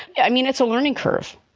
i mean, it's a learning curve.